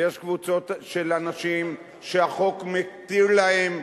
ויש קבוצות של אנשים שהחוק מתיר להם,